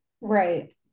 right